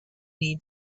need